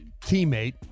teammate